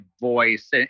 voice